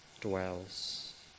dwells